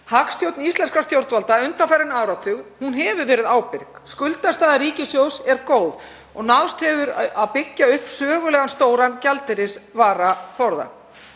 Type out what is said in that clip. Hagstjórn íslenskra stjórnvalda undanfarinn áratug hefur verið ábyrg. Skuldastaða ríkissjóðs er góð og náðst hefur að byggja upp sögulega stóran gjaldeyrisvaraforða.